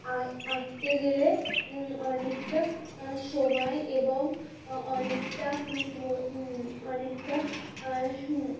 আ আঁকতে গেলে অনেকটা সময় এবং অনেকটা ধ অনেকটা